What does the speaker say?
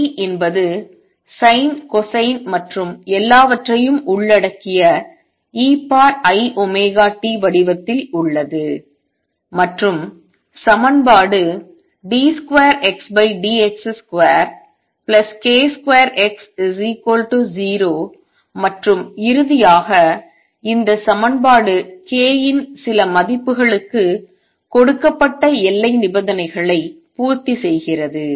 T என்பது sin cosine மற்றும் எல்லாவற்றையும் உள்ளடக்கிய eiωt வடிவத்தில் உள்ளது மற்றும் சமன்பாடு d2Xdx2k2X0 மற்றும் இறுதியாக இந்த சமன்பாடு k இன் சில மதிப்புகளுக்கு கொடுக்கப்பட்ட எல்லை நிபந்தனைகளை பூர்த்தி செய்கிறது